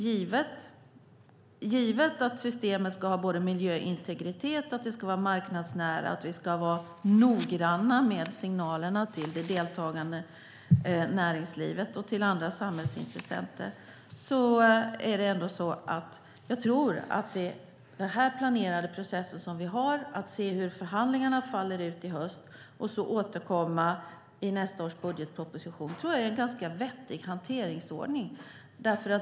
Givet att systemet ska ha miljöintegritet, att det ska vara marknadsnära och att vi ska vara noga med signalerna till det deltagande näringslivet och till andra samhällsintressenter tror jag att vår planerade process - att se hur förhandlingarna faller ut i höst och att återkomma i nästa års budgetproposition - är en ganska vettig hanteringsordning.